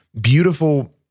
beautiful